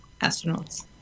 astronauts